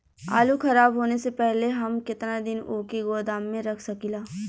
आलूखराब होने से पहले हम केतना दिन वोके गोदाम में रख सकिला?